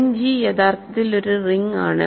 end G യഥാർത്ഥത്തിൽ ഒരു ring ആണ്